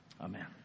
Amen